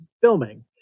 filming